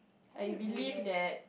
I believe that